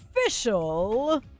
official